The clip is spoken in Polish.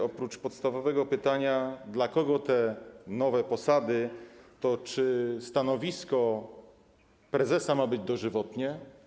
Oprócz podstawowego pytania, dla kogo te nowe posady, mam pytanie: Czy stanowisko prezesa ma być dożywotnie?